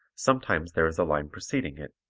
sometimes there is a line preceding it,